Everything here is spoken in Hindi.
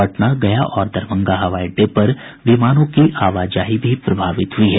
पटना गया और दरभंगा हवाई अड्डे पर विमानों की आवाजाही भी प्रभावित हुई है